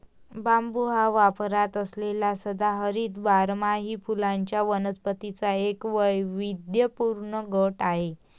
बांबू हा वापरात असलेल्या सदाहरित बारमाही फुलांच्या वनस्पतींचा एक वैविध्यपूर्ण गट आहे